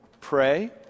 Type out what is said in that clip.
pray